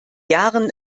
jahren